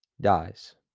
dies